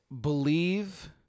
believe